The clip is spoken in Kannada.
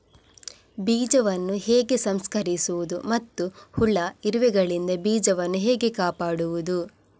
ಬೀಜವನ್ನು ಹೇಗೆ ಸಂಸ್ಕರಿಸುವುದು ಮತ್ತು ಹುಳ, ಇರುವೆಗಳಿಂದ ಬೀಜವನ್ನು ಹೇಗೆ ಕಾಪಾಡುವುದು?